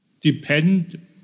depend